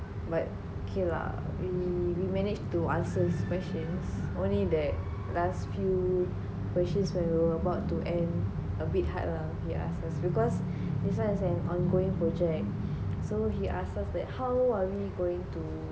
but okay lah we we managed to answer the questions only that last few questions when we're about to end a bit hard lah yeah because this one is an ongoing project so he ask us how are we going to